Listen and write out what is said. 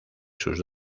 sus